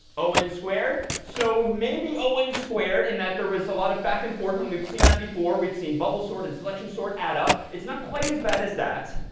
o n squared. so maybe o n squared in that there was a lot of back and forth and we've seen that before. we've seen bubble sort and selection sort add up. it's not quite as bad as that.